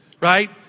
Right